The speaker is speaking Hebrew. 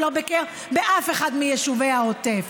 ולא ביקר באף אחד מיישובי העוטף.